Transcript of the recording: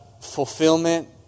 fulfillment